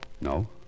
No